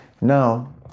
Now